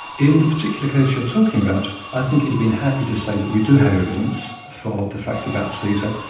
in the particular case you're talking about, i think he'd have been happy to say that we do have evidence for the facts about caesar,